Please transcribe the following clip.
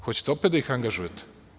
Hoćete opet da ih angažujete?